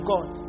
God